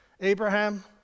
Abraham